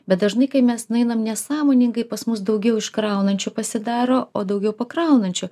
bet dažnai kai mes nueinam nesąmoningai pas mus daugiau iškraunančių pasidaro o daugiau pakraunančių